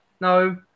no